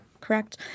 correct